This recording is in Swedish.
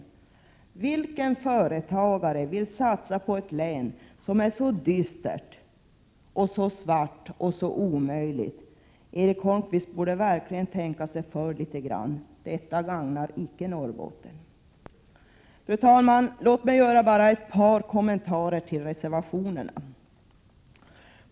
För vilken företagare vill satsa på ett län som är så dystert, så svart och så omöjligt? Erik Holmkvist borde verkligen tänka sig för. Detta gagnar inte Norrbotten! Fru talman! Låt mig bara göra ett par kommentarer till reservationerna.